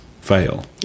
fail